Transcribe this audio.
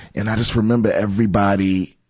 and i just remember everybody,